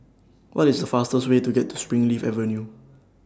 What IS The fastest Way to Springleaf Avenue